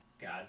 God